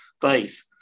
faith